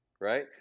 right